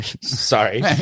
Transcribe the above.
sorry